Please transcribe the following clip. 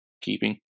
keeping